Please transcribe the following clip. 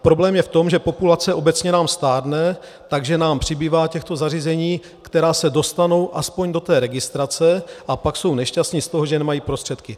Problém je v tom, že populace obecně stárne, takže nám přibývá těchto zařízení, která se dostanou aspoň do registrace, a pak jsou nešťastni z toho, že nemají prostředky.